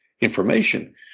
information